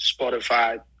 Spotify